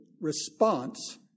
response